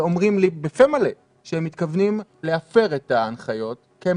שאומרים לי בפה מלא שהם מתכוונים להפר את ההנחיות כי הם